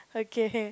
okay